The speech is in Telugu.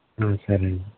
సరే అండి